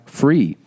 free